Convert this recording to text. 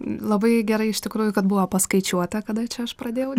labai gerai iš tikrųjų kad buvo paskaičiuota kada čia aš pradėjau